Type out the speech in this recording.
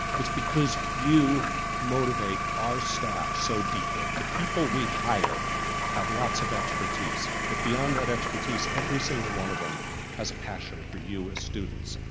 it's because you motivate our staff so deeply. the people we hire have lots of expertise. but beyond that expertise, every single one of them has a passion for you as students.